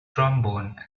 trombone